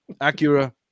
Acura